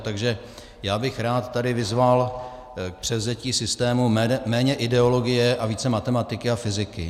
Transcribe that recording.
Takže já bych rád tady vyzval k převzetí systému méně ideologie a více matematiky a fyziky.